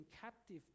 captive